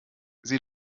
sie